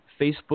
Facebook